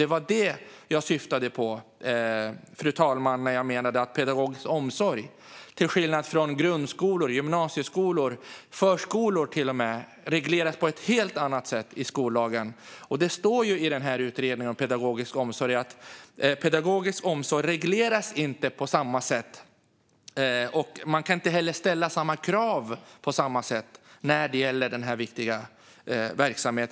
Det var detta jag syftade på, fru talman, när jag hävdade att pedagogisk omsorg, till skillnad från grundskolor, gymnasieskolor och till och med förskolor, regleras på ett helt annat sätt i skollagen. Det står i utredningen om pedagogisk omsorg att pedagogisk omsorg inte regleras på samma sätt. Man kan inte heller ställa krav på samma sätt när det gäller denna viktiga verksamhet.